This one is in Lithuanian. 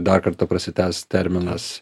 dar kartą prasitęs terminas